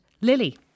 Lily